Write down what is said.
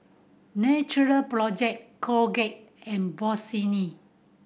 Natural Project Colgate and Bossini